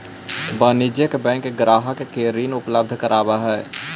वाणिज्यिक बैंक ग्राहक के ऋण उपलब्ध करावऽ हइ